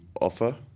offer